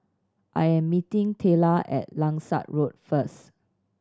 I am meeting Tayla at Langsat Road first